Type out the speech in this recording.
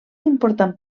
important